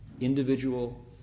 individual